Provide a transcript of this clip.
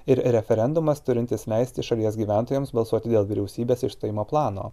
ir referendumas turintis leisti šalies gyventojams balsuoti dėl vyriausybės išstojimo plano